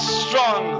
strong